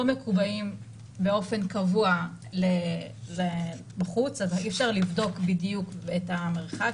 מקובעים באופן קבוע בחוץ אז אי אפשר לבדוק בדיוק את המרחק